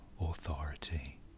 authority